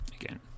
again